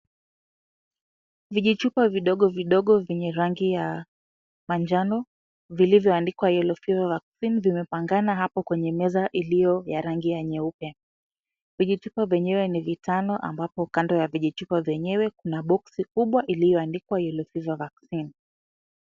Vijichupa vidogo vidogo vyenye rangi ya manjano vilivyoandikwa yellow fever vaccine vimepangana hapo kwenye meza iliyo ya nyeupe. Vijichupa vyenyewe ni vitano ambapo kando ya chupa vyenyewe kuna boksi kubwa iliyoandikwa yellow fever vaccine .